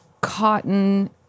cotton